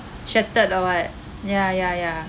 sheltered or what ya ya ya